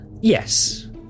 Yes